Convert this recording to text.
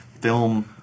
film